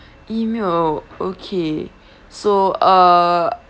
email okay so err